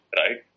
right